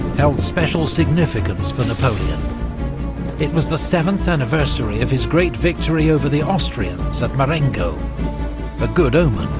held special significance for napoleon it was the seventh anniversary of his great victory over the austrians at marengo a good omen,